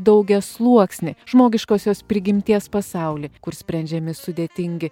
daugiasluoksnį žmogiškosios prigimties pasaulį kur sprendžiami sudėtingi